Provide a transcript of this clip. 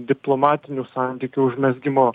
diplomatinių santykių užmezgimu